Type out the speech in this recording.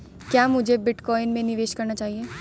क्या मुझे बिटकॉइन में निवेश करना चाहिए?